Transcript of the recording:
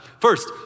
First